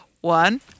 One